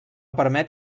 permet